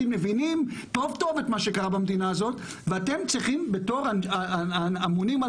מבינים מאוד טוב את מה שקרה במדינה הזאת ואתם צריכים בתור האמונים על